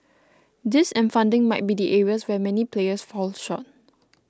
this and funding might be the areas where many players fall short